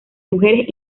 mujeres